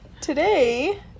Today